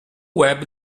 web